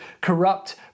corrupt